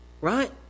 right